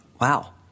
Wow